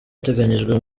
ateganyijwe